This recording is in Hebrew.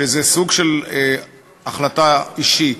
מתוך האמונה שזה סוג של החלטה אישית.